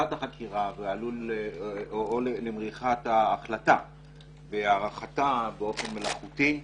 החקירה או למריחת ההחלטה והארכתה באופן מלאכותי.